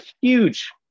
huge